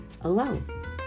alone